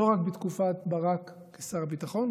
לא רק בתקופת ברק כשר הביטחון,